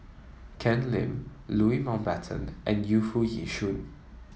Ken Lim Louis Mountbatten and Yu Foo Yee Shoon